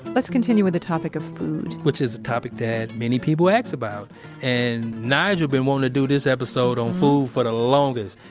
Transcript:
let's continue with the topic of food which is a topic that many people asked about and nigel been wanting to do this episode on food for the longest.